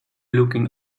looking